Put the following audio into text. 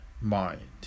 mind